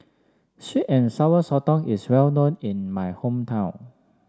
Sweet and Sour Sotong is well known in my hometown